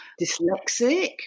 dyslexic